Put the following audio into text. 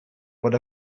bod